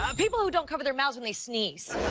ah people who don't cover their mouths when they sneeze.